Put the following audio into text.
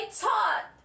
taught